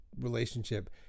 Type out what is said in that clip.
relationship